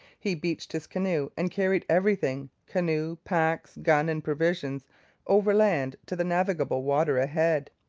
he beached his canoe and carried everything canoe, packs, gun, and provisions overland to the navigable water ahead.